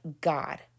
God